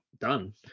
done